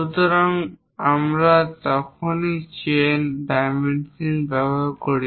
সুতরাং আমরা তখনই চেইন ডাইমেনশন ব্যবহার করি